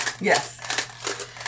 Yes